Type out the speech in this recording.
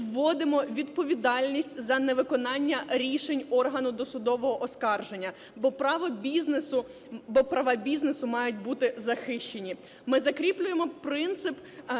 відповідальність за невиконання рішень органу досудового оскарження, бо права бізнесу мають бути захищені. Ми закріплюємо принцип, що нові